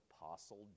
apostle